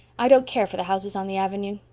i don't care for the houses on the avenue.